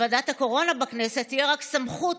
לוועדת הקורונה בכנסת תהיה רק סמכות